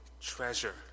treasure